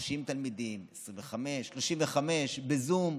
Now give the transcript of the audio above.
30 תלמידים, 25, 35, בזום,